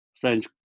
French